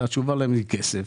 זה התשובה להם היא כסף,